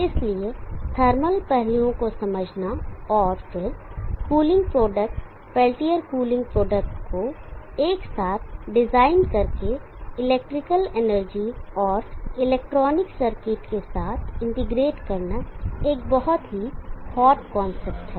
इसलिए थर्मल पहलुओं को समझना और फिर cooling product Peltier cooling product को एक साथ डिजाइन करके इलेक्ट्रिकल और इलेक्ट्रॉनिक सर्किट के साथ इंटीग्रेट करना एक बहुत ही हॉट कांसेप्ट है